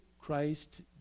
Christ